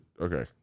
Okay